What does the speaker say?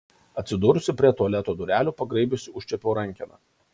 atsidūrusi prie tualeto durelių pagraibiusi užčiuopiau rankeną